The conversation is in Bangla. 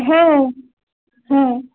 হ্যাঁ হ্যাঁ